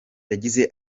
yagize